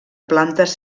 plantes